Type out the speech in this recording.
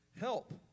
Help